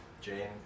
Jane